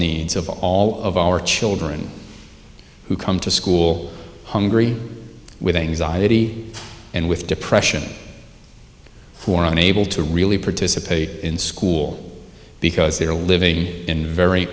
needs of all of our children who come to school hungry with anxiety and with depression who are unable to really participate in school because they are living in